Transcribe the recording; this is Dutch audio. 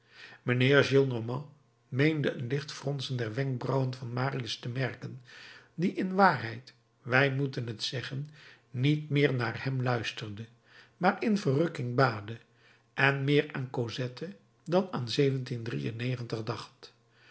mijnheer gillenormand meende een licht fronsen der wenkbrauwen van marius te merken die in waarheid wij moeten t zeggen niet meer naar hem luisterde maar in verrukking baadde en meer aan cosette dan aan